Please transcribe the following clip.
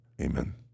Amen